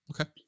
okay